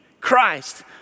Christ